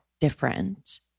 different